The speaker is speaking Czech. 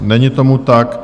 Není tomu tak.